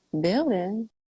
Building